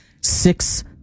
Six